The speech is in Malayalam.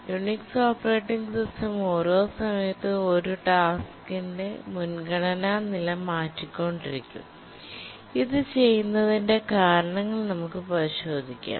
യുണിക്സ് ഓപ്പറേറ്റിംഗ് സിസ്റ്റം ഓരോ സമയത്തും ഒരു ടാസ്ക്കിന്റെ മുൻഗണന നില മാറ്റിക്കൊണ്ടിരിക്കും ഇത് ചെയ്യുന്നതിന്റെ കാരണങ്ങൾ നമുക്ക് പരിശോധിക്കാം